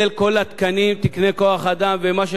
תקני כוח-אדם ומה שכרוך בכך,